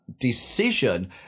decision